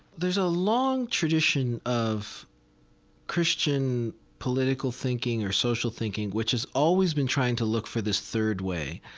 there's a long tradition of christian political thinking or social thinking which has always been trying to look for this third way,